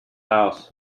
house